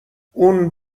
اون